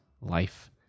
life